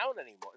anymore